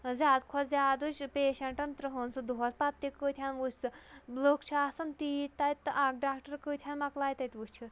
زیادٕ کھۄتہٕ زیادٕ پیشَنٹَن تٕرٛہَن سُہ دۄہَس پَتہٕ تہِ کۭتہَن وٕچھِ سُہ لُکھ چھِ آسان تیٖتۍ تَتہِ تہٕ اَکھ ڈاکٹَر کۭتِہَن مَکلاے تَتہِ وٕچھِتھ